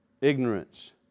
ignorance